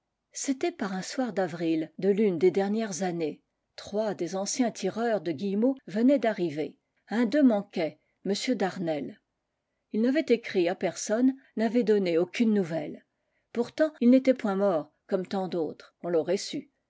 c'était par un soir d'avril de l'une des dernières années trois des anciens tireurs de o uillemots venaient d'arriver un d'eux manquait m d'arnelles ii n'avait écrit à personne n'avait donné aucune nouvelle pourtant il n'était point mort comme tant d'autres on l'aurait su